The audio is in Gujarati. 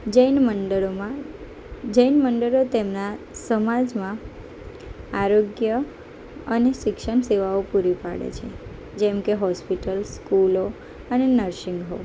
જૈન મંડળોમાં જૈન મંડળો તેમના સમાજમાં આરોગ્ય અને શિક્ષણ સેવાઓ પૂરી પાડે છે જેમકે હોસ્પિટલ્સ સ્કૂલો અને નર્શિંગ હોમ